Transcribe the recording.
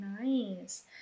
nice